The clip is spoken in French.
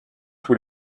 tous